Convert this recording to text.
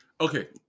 Okay